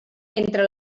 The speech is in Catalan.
entre